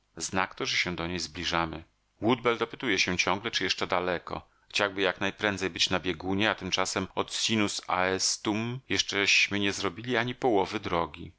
znak to że się do niej zbliżamy woodbell dopytuje się ciągle czy jeszcze daleko chciałby jak najprędzej być na biegunie a tymczasem od sinus aestuum jeszcześmy nie zrobili ani połowy drogi